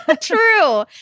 True